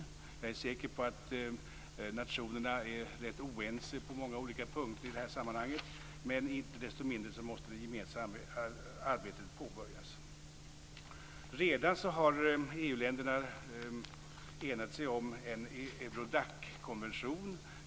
Jag är säker på att nationerna är rätt oense på många olika punkter i detta sammanhang, men det gemensamma arbetet måste icke desto mindre påbörjas. EU-länderna har redan enats om en Eurodackonvention.